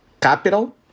capital